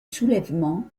soulèvement